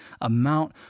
amount